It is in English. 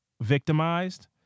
victimized